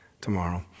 tomorrow